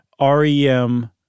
REM